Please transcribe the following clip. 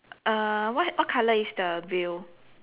uh what what colour is the veil